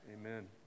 Amen